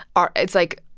are it's, like,